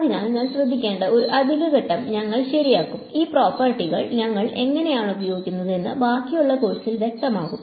അതിനാൽ ഞാൻ ശ്രദ്ധിക്കേണ്ട ഒരു അധിക ഘട്ടം ഞങ്ങൾ ശരിയാക്കും ഈ പ്രോപ്പർട്ടികൾ ഞങ്ങൾ എങ്ങനെയാണ് ഉപയോഗിക്കുന്നത് എന്ന് ബാക്കിയുള്ള കോഴ്സിൽ വ്യക്തമാകും